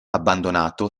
abbandonato